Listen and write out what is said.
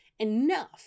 enough